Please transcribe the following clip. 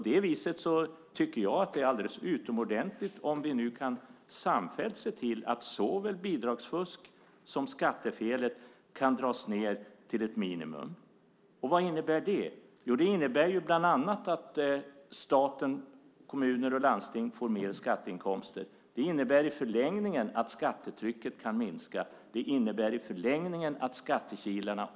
Det är därför alldeles utomordentligt om vi samfällt kan se till att såväl bidragsfusket som skattefelet kan dras ned till ett minimum. Och vad innebär det? Jo, bland annat att stat, kommuner och landsting får mer skatteinkomster. Det innebär i förlängningen att skattetrycket kan minska och så småningom även skattekilarna.